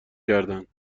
کردند